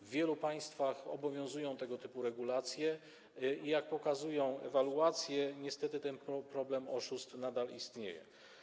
W wielu państwach obowiązują tego typu regulacje i jak pokazują ewaluacje, niestety ten problem oszustw nadal istnieje.